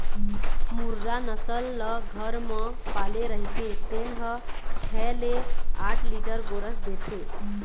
मुर्रा नसल ल घर म पाले रहिथे तेन ह छै ले आठ लीटर गोरस देथे